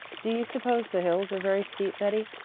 do you suppose the hills are very steep, betty?